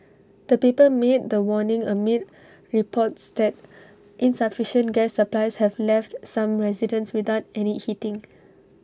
the paper made the warning amid reports that insufficient gas supplies have left some residents without any heating